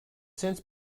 since